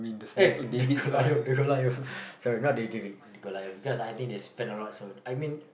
eh the Golliath the Golliath sorry not David the Golliath because I think they spend a lot so I mean